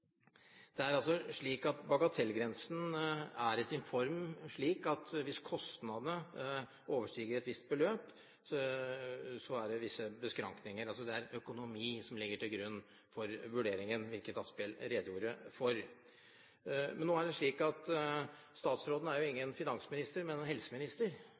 beskrankninger – altså økonomi – som ligger til grunn for vurderingen, hvilket representanten Asphjell redegjorde for. Nå er det slik at statsråden er ingen finansminister, men hun er helseminister,